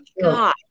god